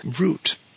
root